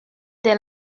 des